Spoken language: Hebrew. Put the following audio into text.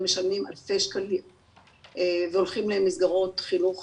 משלמים אלפי שקלים והולכים למסגרות חינוך